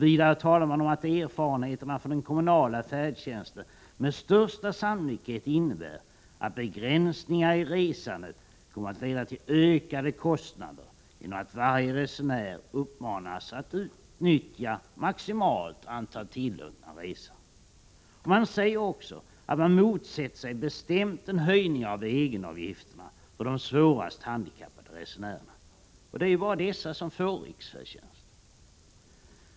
Vidare talar man om att erfarenheterna från den kommunala färdtjänsten visar att begränsningar i resandet med största sannolikhet kommer att leda till ökade kostnader genom att varje resenär uppmanas att utnyttja maximalt antal tillåtna resor. Man säger också att man bestämt motsätter sig en höjning av egenavgiften för de svårast handikappade resenärerna — och det är ju bara dessa som får riksfärdtjänst.